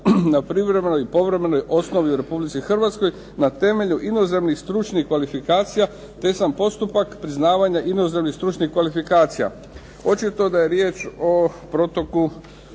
na privremenoj i povremenoj osnovi u Republici Hrvatskoj na temelju inozemnih stručnih kvalifikacija, te sam postupak priznavanja inozemnih stručnih kvalifikacija. Očito da je riječ o protoku ljudi